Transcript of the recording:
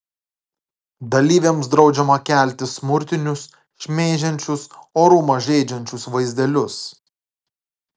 dalyviams draudžiama kelti smurtinius šmeižiančius orumą žeidžiančius vaizdelius